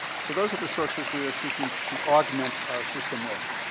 so those are the sources we're seeking to augment our system with.